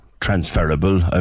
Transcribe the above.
transferable